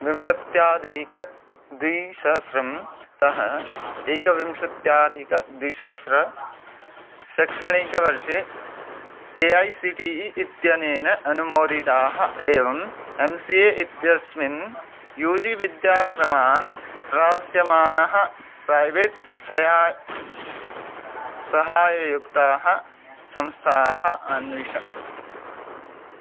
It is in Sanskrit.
विंशत्यधिकद्विसहस्रं तः एकविंशत्यधिकद्विसहस्र शैक्षणिकवर्षे A I C T E इत्यनेन अनुमोदिताः एवम् एम् सि ए इत्यस्मिन् यू जी विद्याक्रमान् प्रदास्यमानः प्रैवेट् सया सहायुक्ताः संस्थाः अन्विष